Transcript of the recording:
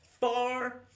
far